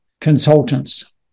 consultants